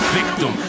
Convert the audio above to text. victim